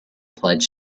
pledge